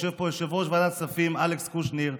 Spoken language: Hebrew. יושב פה יושב-ראש ועדת הכספים אלכס קושניר,